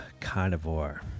carnivore